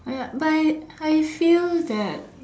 oh ya but I feel that